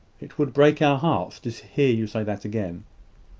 it would break our hearts to hear you say that again.